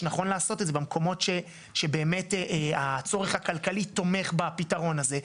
שנכון לעשות את זה במקומות שבאמת הצורך הכלכלי תומך בפתרון הזה.